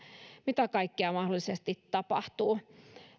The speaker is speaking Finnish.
mitä kaikkea mahdollisesti tapahtuu